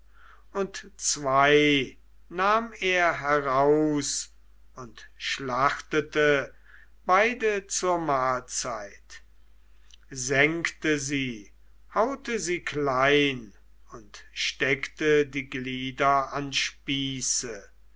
und zwei nahm er heraus und schlachtete beide zur mahlzeit sengte sie haute sie klein und steckte die glieder an spieße